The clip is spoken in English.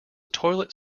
toilet